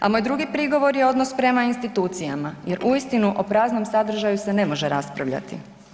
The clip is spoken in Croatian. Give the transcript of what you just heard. A moj drugi prigovor je odnos prema institucijama jer uistinu o praznom sadržaju se ne može raspravljati.